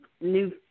new